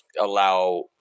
allow